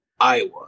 Iowa